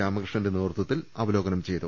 രാമകൃഷ്ണന്റെ നേതൃ ത്വത്തിൽ അവലോകനം ചെയ്തു